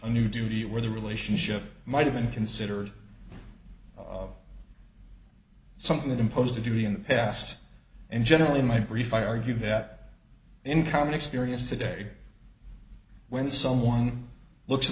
a new duty where the relationship might have been considered something that imposed a duty in the past and generally in my brief i argue that in common experience today when someone looks in